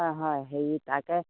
হয় হয় হেৰি তাকে